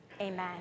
Amen